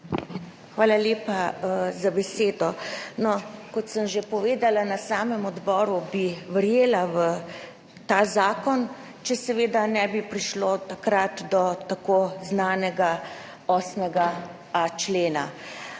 Hvala lepa za besedo. Kot sem že povedala na samem odboru, bi verjela v ta zakon, če seveda ne bi prišlo takrat do tako znanega 8.a člena.